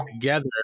together